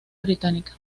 británica